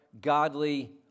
godly